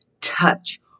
touch